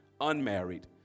unmarried